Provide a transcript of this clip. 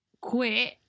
quit